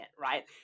right